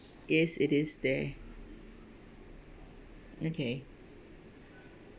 is it is there okay